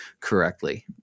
correctly